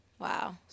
Wow